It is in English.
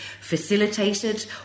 facilitated